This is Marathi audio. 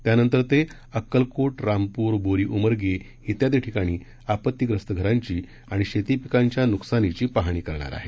त्यानंतर अक्कलकोट रामपूर बोरी उमरगे वियादी ठिकाणी आपत्तीप्रस्त घरांची आणि शेतीपीकांच्या नुकसानीची पाहणी करणार आहेत